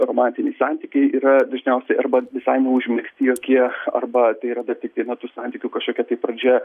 romantiniai santykiai yra dažniausiai arba visai neužmegsti jokie arba tai yra bet tiktai na tų santykių kažkokia tai pradžia